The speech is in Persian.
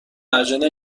عجله